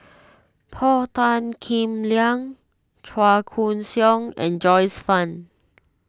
Paul Tan Kim Liang Chua Koon Siong and Joyce Fan